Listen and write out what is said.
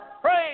Praise